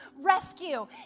rescue